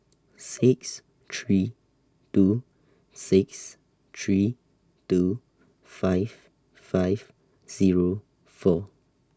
six three two six three two five five Zero four